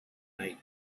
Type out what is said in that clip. night